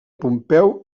pompeu